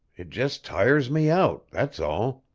it just tires me out that's all.